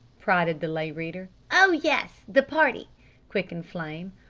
prodded the lay reader. oh, yes the party quickened flame.